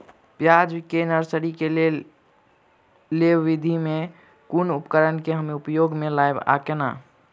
प्याज केँ नर्सरी केँ लेल लेव विधि म केँ कुन उपकरण केँ हम उपयोग म लाब आ केना?